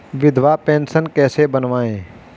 विधवा पेंशन कैसे बनवायें?